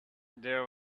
there